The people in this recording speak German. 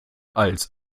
als